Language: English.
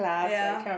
ya